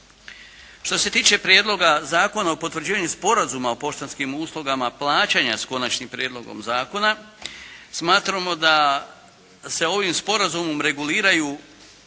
Što se tiče Prijedloga zakona o potvrđivanju Sporazuma o poštanskih uslugama plaćanja, s konačnim prijedlogom zakona, smatramo da se ovim sporazumom reguliraju